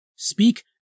Speak